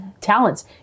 talents